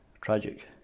...tragic